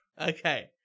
Okay